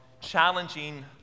challenging